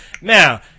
Now